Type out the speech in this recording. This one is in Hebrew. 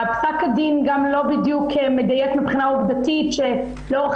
פסק הדין גם לא מדייק מבחינה עובדתית שלאורך